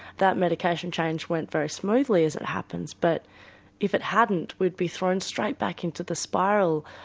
that medication change went very smoothly as it happens but if it hadn't, we'd be thrown straight back into the spiral.